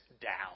down